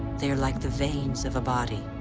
they are like the veins of a body,